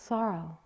Sorrow